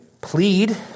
plead